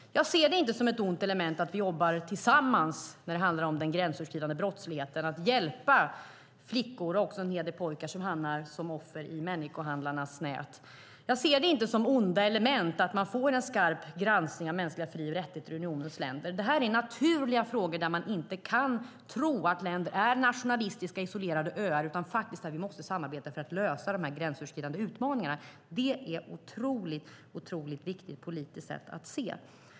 Jag ser det inte som ett ont element att vi jobbar tillsammans när det gäller den gränsöverskridande brottsligheten, att hjälpa flickor och också en hel del pojkar som hamnar som offer i människohandlarnas nät. Jag ser det inte som ett ont element att man får en skarp granskning av mänskliga fri och rättigheter i unionens länder. Det är naturliga frågor där man inte kan tro att länder är nationalistiska, isolerade öar utan där vi måste samarbeta för att lösa de gränsöverskridande utmaningarna. Det är ett oerhört viktigt politiskt sätt att agera.